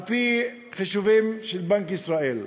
על-פי חישובים של בנק ישראל,